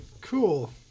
Cool